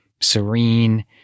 Serene